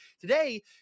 Today